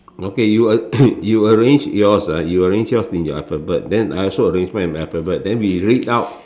okay you a~ you arrange yours ah you arrange yours in your alphabet then I also arrange mine in my alphabet then we read out